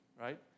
right